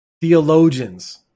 theologians